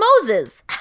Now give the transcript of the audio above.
Moses